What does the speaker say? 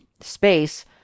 Space